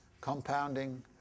compounding